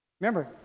Remember